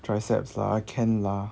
triceps lah !aiya! can lah